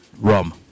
Rum